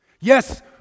Yes